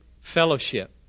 fellowship